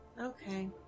Okay